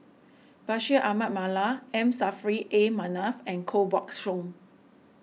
Bashir Ahmad Mallal M Saffri A Manaf and Koh Buck Song